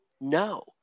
No